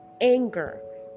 anger